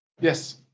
Yes